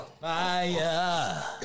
Fire